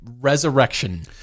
Resurrection